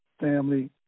family